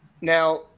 Now